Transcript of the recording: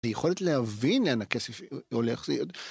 זו יכולת להבין לאן הכסף הולך.